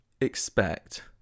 expect